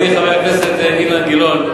ידידי חבר הכנסת אילן גילאון,